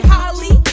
Holly